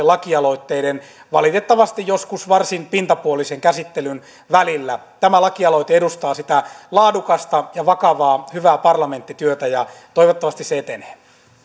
lakialoitteiden valitettavasti joskus varsin pintapuolisen käsittelyn välillä tämä lakialoite edustaa sitä laadukasta ja vakavaa hyvää parlamenttityötä toivottavasti se etenee